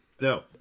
No